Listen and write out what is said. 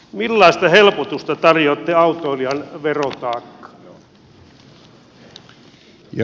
millaista helpotusta tarjoatte autoilijan verotaakkaan